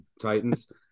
Titans